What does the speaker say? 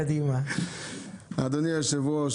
אדוני היושב-ראש,